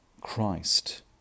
Christ